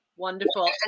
wonderful